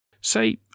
say